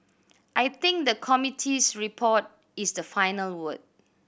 I think the committee's report is the final word